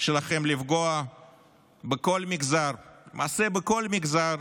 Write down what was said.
שלכם לפגוע בכל מגזר, למעשה בכל מגזר